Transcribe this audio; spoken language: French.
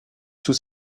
sous